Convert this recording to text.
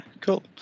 Cool